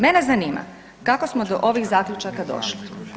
Mene zanima, kako smo do ovih zaključaka došli?